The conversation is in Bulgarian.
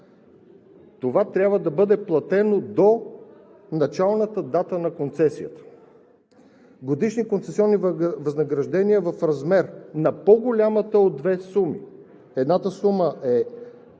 това трябва да бъде платено до началната дата на концесията. Годишни концесионни възнаграждения в размер на по-голямата от две суми – едната сума е